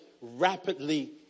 rapidly